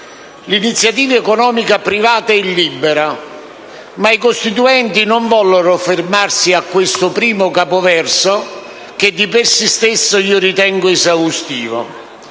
«L'iniziativa economica privata è libera». I Costituenti però non vollero fermarsi a questo primo capoverso che, di per se stesso, ritengo esaustivo,